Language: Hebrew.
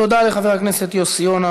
תודה לחבר הכנסת יוסי יונה.